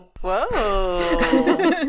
Whoa